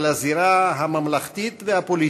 על הזירה הממלכתית והפוליטית,